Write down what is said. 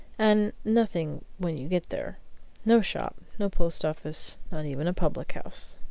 and nothing when you get there no shop no post-office not even a public house.